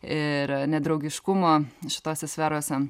ir nedraugiškumo šitose sferose